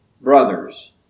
brothers